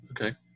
Okay